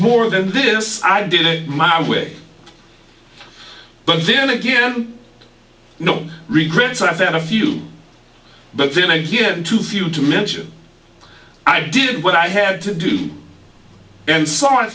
more than this i did my wig but then again no regrets i've had a few but then i did too few to mention i did what i had to do and saw